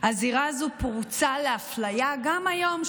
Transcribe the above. הזירה הזו פרוצה לאפליה גם היום,